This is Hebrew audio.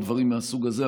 או דברים מהסוג הזה.